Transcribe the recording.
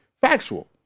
factual